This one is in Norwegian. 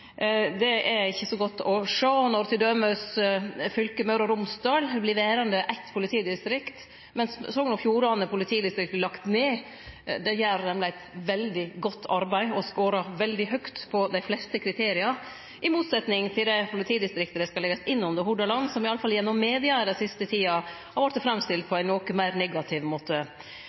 Det er ikkje så godt å sjå når t.d. fylket Møre og Romsdal vert verande eitt politidistrikt, mens Sogn og Fjordane politidistrikt vert lagt ned. Der gjer ein eit veldig godt arbeid og skårar veldig høgt på dei fleste kriteria i motsetnad til det politidistriktet det skal leggjast inn under, Hordaland, som iallfall gjennom media den siste tida har vorte framstilt på ein noko meir negativ måte.